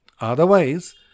Otherwise